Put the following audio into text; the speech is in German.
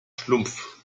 schlumpf